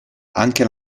anche